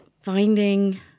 finding